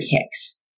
Hicks